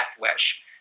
wish